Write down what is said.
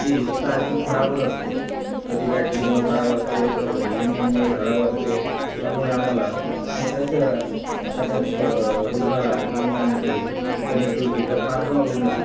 ती सारखी खराबच असते कधी बॅटरीमुळं खराब असते तर कधी इंजिनमुळे खराब असते त्यामुळे आम्हाला मोठ्या शहरात एखाद्या रुग्णाला घेऊन जाण्यासाठी कनेक्टिव्हिटीचा फार प्रॉब्लेम येतो